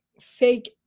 fake